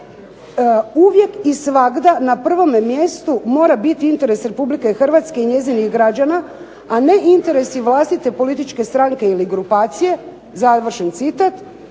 uvijek i svagda na prvome mjestu mora biti interes Republike Hrvatske i njezinih građana, a ne interesi vlastite političke stranke ili grupacije završen citat.